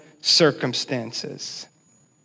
circumstances